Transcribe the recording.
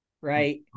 right